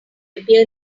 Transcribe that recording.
appear